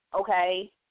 okay